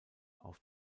auf